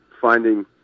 finding